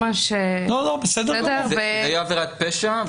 --- זה יהיה עבירת פשע,